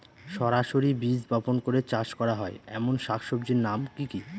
সরাসরি বীজ বপন করে চাষ করা হয় এমন শাকসবজির নাম কি কী?